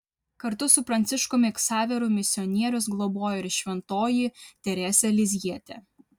kartu su pranciškumi ksaveru misionierius globoja ir šventoji teresė lizjietė